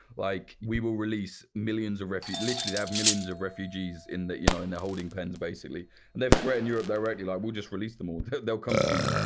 like we will release millions of refugees. literally they have millions of refugees in you know in their holding pens, basically. and they've threatened europe directly, like, we'll just release them all. they'll come to you.